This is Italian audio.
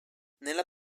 nella